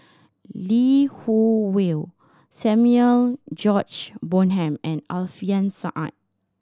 Lee Wung Yew Samuel George Bonham and Alfian Sa'at